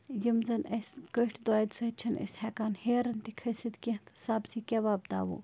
یِم زَنہٕ اَسہِ کھٔٹۍ دادِ سۭتۍ چھِنہٕ أسۍ ہٮ۪کان ہیرَن تہِ کھٔسِتھ کیٚنہہ تہٕ سبزی کیٛاہ وۄپداوَو